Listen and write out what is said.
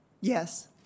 Yes